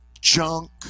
junk